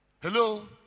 Hello